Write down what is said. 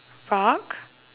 rock